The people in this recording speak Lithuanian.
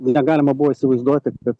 negalima buvo įsivaizduoti kad